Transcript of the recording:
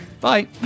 bye